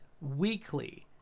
weekly